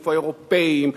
איפה האירופים,